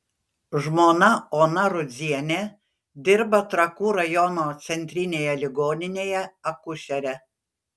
žmona ona rudzienė dirba trakų rajono centrinėje ligoninėje akušere